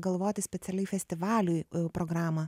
galvoti specialiai festivaliui programą